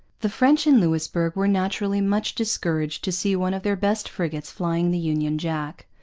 the french in louisbourg were naturally much discouraged to see one of their best frigates flying the union jack.